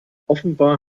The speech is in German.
offenbar